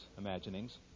imaginings